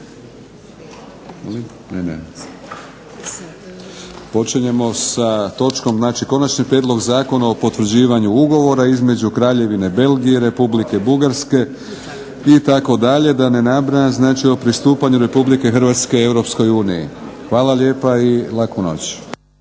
9,30. Počinjemo sa točkom znači Konačni prijedlog zakona o potvrđivanju Ugovora između Kraljevine Belgije, Republike Bugarske itd. da ne nabrajam. Znači o pristupanju Republike Hrvatske Europskoj uniji. Hvala lijepa i laku noć!